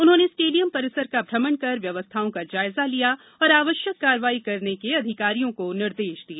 उन्होंने स्टेडियम परिसर का भ्रमण कर व्यवस्थाओं का जायजा लिया तथा आवश्यक कार्यवाही करने के अधिकारियों को निर्देश दिए